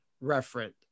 reference